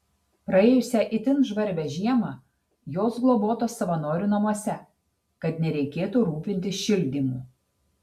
praėjusią itin žvarbią žiemą jos globotos savanorių namuose kad nereikėtų rūpintis šildymu